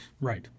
Right